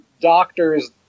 doctors